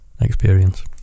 experience